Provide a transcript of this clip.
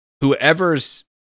Whoever's